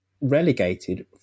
relegated